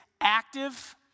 active